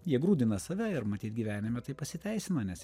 jie grūdina save ir matyt gyvenime tai pasiteisina nes